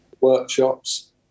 workshops